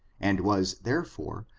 and was, there fore,